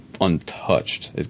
untouched